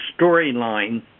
storyline